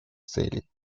целей